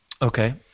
Okay